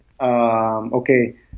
okay